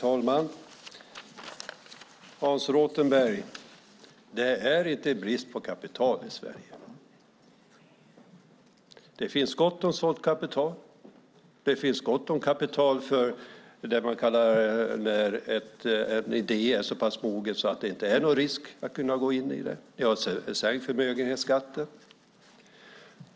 Herr talman! Det är inte brist på riskkapital i Sverige, Hans Rothenberg. Det finns gott om sådant kapital. Det finns gott om kapital för att gå in när en idé är så pass mogen att det inte är någon risk. Ni har avskaffat förmögenhetsskatten.